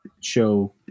show